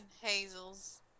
Hazel's